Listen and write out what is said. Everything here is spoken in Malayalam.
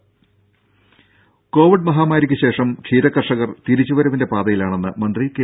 രുഭ കോവിഡ് മഹാമാരിക്ക് ശേഷം ക്ഷീരകർഷകർ തിരിച്ച് വരവിന്റെ പാതയിലാണെന്ന് മന്ത്രി കെ